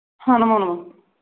हा हा